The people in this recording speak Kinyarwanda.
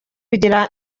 kugira